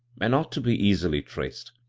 and ought to be easily traced.